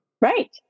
Right